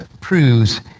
Proves